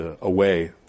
away